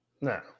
No